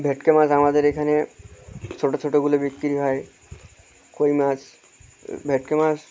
ভেটকি মাছ আমাদের এখানে ছোটো ছোটোগুলো বিক্রি হয় কই মাছ ভেটকি মাছ